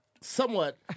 somewhat